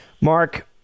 Mark